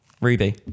Ruby